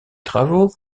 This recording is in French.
travaux